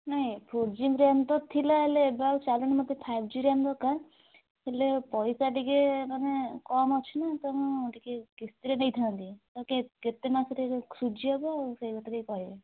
ନାହିଁ four G RAM ତ ଥିଲା ହେଲେ ଏବେ ଆଉ ଚାଲୁନି ମୋତେ ଫାଇଫ୍ ଜି ରାମ୍ ଦରକାର୍ ହେଲେ ପଇସା ଟିକେ ମାନେ କମ୍ ଅଛି ନା ତେଣୁ ଟିକେ କିସ୍ତିରେ ନେଇଥାଆନ୍ତି ତ କେତେ ମାସରେ ସୁଝି ହବ ଆଉ ସେଇକଥା ଟିକେ କହିବେ